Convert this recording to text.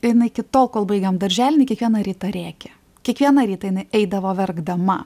jinai iki tol kol baigėm darželį jin kiekvieną rytą rėkė kiekvieną rytą jinai eidavo verkdama